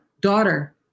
daughter